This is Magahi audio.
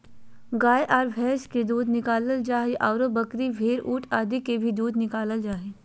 गाय आर भैंस के दूध निकालल जा हई, आरो बकरी, भेड़, ऊंट आदि के भी दूध निकालल जा हई